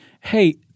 hey